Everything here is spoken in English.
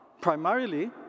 Primarily